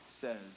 says